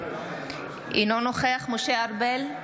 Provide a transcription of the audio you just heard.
אינו נוכח משה ארבל,